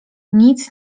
nic